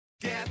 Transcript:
Get